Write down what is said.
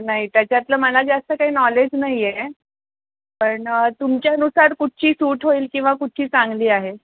नाही त्याच्यातलं मला जास्त काही नॉलेज नाही आहे पण तुमच्यानुसार कुठची सूट होईल किंवा कुठची चांगली आहे